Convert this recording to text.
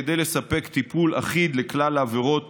כדי לספק טיפול אחיד לכלל העבירות